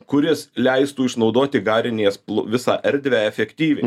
kuris leistų išnaudoti garinėjes plo visą erdvę efektyviai